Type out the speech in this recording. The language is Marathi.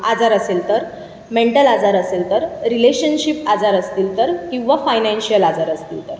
आजार असेल तर मेंटल आजार असेल तर रिलेशनशिप आजार असतील तर किंवा फायनान्शियल आजार असतील तर